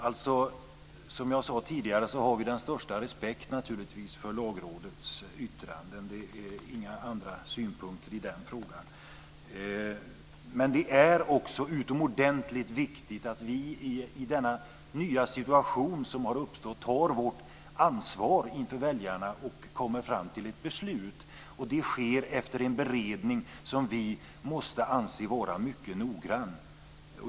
Fru talman! Som jag sade tidigare har vi naturligtvis den största respekt för Lagrådets yttranden. Det är inga andra synpunkter i den frågan. Men det är också utomordentligt viktigt att vi i denna nya situation som har uppstått tar vårt ansvar inför väljarna och kommer fram till ett beslut, och det sker efter en beredning som vi måste anse som mycket noggrann.